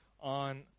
on